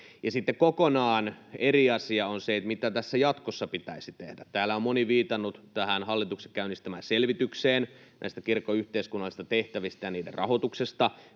kokonaan eri asia on se, mitä jatkossa pitäisi tehdä. Täällä on moni viitannut tähän hallituksen käynnistämään selvitykseen näistä kirkon yhteiskunnallisista tehtävistä ja niiden rahoituksesta.